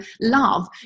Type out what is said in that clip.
love